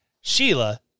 Sheila